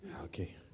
Okay